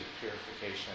purification